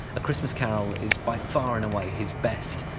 a christmas carol is by far and away his best,